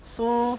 so